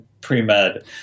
pre-med